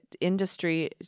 industry